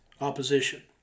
opposition